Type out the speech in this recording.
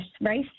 race